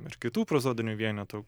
ir kitų prozodinių vienetų